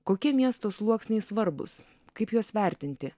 kokie miesto sluoksniai svarbūs kaip juos vertinti